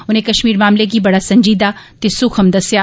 उनें कष्मीर मामले गी बड़ा संजीदा ते सूख्य दस्सेआ